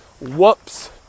whoops